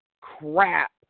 crap